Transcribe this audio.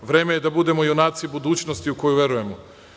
Vreme je da budemo junaci budućnosti u koju verujemo.